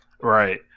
Right